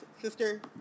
sister